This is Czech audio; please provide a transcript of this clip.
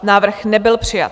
Návrh nebyl přijat.